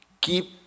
keep